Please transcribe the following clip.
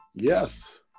Yes